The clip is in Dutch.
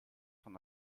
van